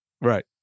Right